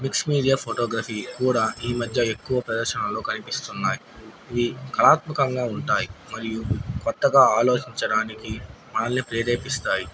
mix media photography కూడా ఈ మధ్య ఎక్కువ ప్రదర్శనలో కనిపిస్తున్నాయి ఇవి కళాత్మకంగా ఉంటాయి మరియు క్రొత్తగా ఆలోచించడానికి మనలని ప్రేరేపిస్తాయి